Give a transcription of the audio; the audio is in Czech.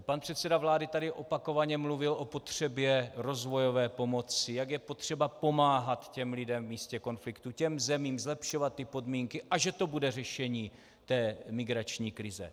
Pan předseda vlády tady opakovaně mluvil o potřebě rozvojové pomoci, jak je potřeba pomáhat těm lidem v místě konfliktu, těm zemím, zlepšovat ty podmínky a že to bude řešení té migrační krize.